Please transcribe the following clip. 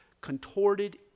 contorted